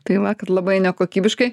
tai va kad labai nekokybiškai